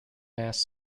mass